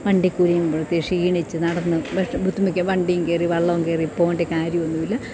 വണ്ടിക്കൂലിയും കൊടുത്തു ക്ഷീണിച്ചു നടന്ന് വിഷമി ബുദ്ധിമു വണ്ടിയും കയറി വള്ളവും കയറി പോകേണ്ട കാര്യമൊന്നുമില്ല